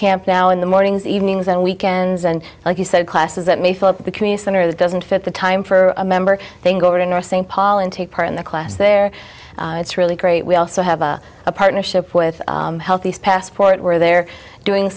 camp now in the mornings evenings and weekends and like you said classes that may fill up the community center that doesn't fit the time for a member then go over to north st paul and take part in the class there it's really great we also have a partnership with healthy passport where they're doing